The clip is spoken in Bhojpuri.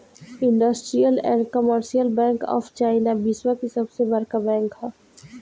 industrial and commercial bank of China विश्व की सबसे बड़का बैंक ह